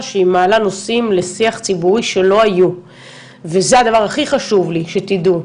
שהיא מעלה נושאים לשיח ציבורי שלא היו וזה הדבר הכי חשוב לי שתדעו,